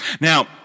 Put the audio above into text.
Now